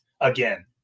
again